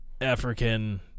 African